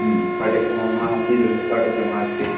ह्म् पठितः आम् कीदृशः पाठ्यक्रमः अस्ति